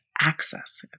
access